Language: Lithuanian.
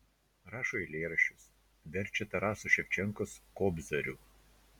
rašo eilėraščius verčia taraso ševčenkos kobzarių